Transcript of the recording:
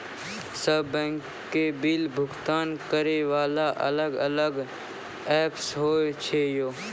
सब बैंक के बिल भुगतान करे वाला अलग अलग ऐप्स होय छै यो?